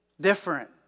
different